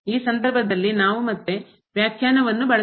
ಈ ಸಂದರ್ಭದಲ್ಲಿ ನಾವು ಮತ್ತೆ ವ್ಯಾಖ್ಯಾನವನ್ನು ಬಳಸುತ್ತೇವೆ